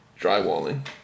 drywalling